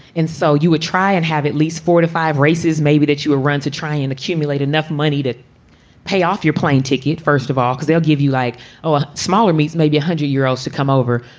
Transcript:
and so you would try and have at least four to five races maybe that you ran to try and accumulate enough money to pay off your plane ticket. first of all, because they'll give you like a smaller meets, maybe a hundred euros to come over.